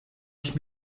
ich